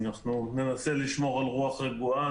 ננסה לשמור על רוח רגועה.